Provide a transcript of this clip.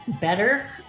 better